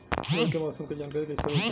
रोज के मौसम के जानकारी कइसे होखि?